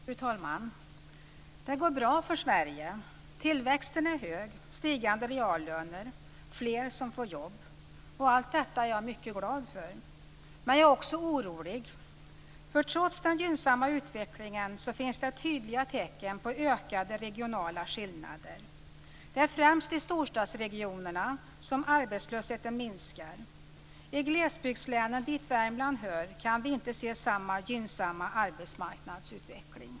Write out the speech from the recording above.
Fru talman! Det går bra för Sverige. Tillväxten är hög, reallönerna stiger och fler får jobb. Allt detta är jag mycket glad för. Men jag är också orolig, för trots den gynnsamma utvecklingen finns det tydliga tecken på ökade regionala skillnader. Det är främst i storstadsregionerna som arbetslösheten minskar. I glesbygdslänen, dit Värmland hör, kan vi inte se samma gynnsamma arbetsmarknadsutveckling.